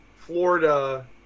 Florida